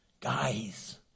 Guys